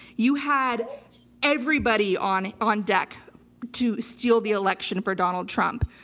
you had everybody on on deck to steal the election for donald trump.